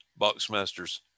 Boxmasters